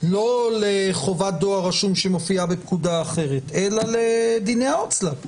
לא לחובת דואר רשום שמופיעה בפקודה אחרת אלא לדיני ההוצאה לפועל.